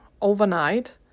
overnight